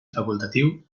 facultatiu